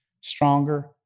stronger